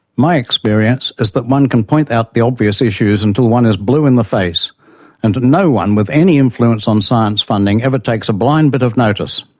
my experience is that one can point out the obvious issues until one is blue in the face and no one with any influence on science funding ever takes a blind bit of notice!